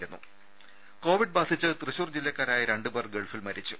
രുമ കോവിഡ് ബാധിച്ച് തൃശൂർ ജില്ലക്കാരായ രണ്ടുപേർ ഗൾഫിൽ മരിച്ചു